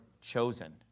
chosen